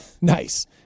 Nice